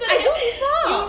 I do before